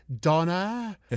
Donna